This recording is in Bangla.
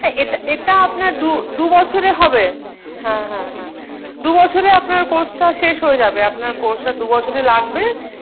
হ্যাঁ এটা এটা আপনার দু দুবছরে হবে হ্যাঁ হ্যাঁ হ্যাঁ দুবছরে আপনার কোর্সটা শেষ হয়ে যাবে আপনার কোর্সটা দুবছরই লাগবে